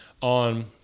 on